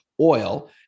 oil